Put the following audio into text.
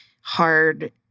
hard